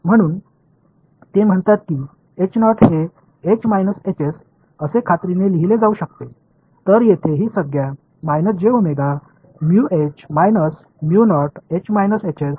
மாணவர் குறிப்பு நேரம் 0750 me எப்சிலனும் r இன் செயல்பாடு அல்லவா